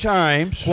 times